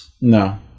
no